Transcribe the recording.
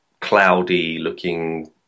Cloudy-looking